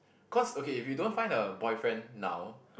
cause okay if you don't a boyfriend now